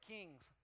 Kings